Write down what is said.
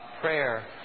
prayer